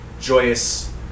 joyous